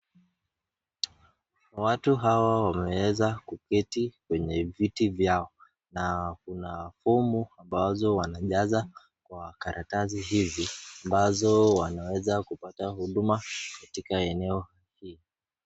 Watu hawa wameweza kuketi kwenye viti vyao. Na kuna fomu ambazo wanajaza kwa karatasi hizi ambazo wanaweza kupata huduma katika eneo hii.